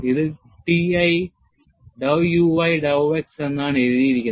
ഇത് T i dow u i dow x എന്നാണ് എഴുതിയിരിക്കുന്നത്